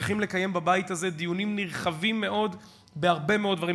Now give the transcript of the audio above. שצריך לקיים בבית הזה דיונים נרחבים מאוד בהרבה מאוד דברים,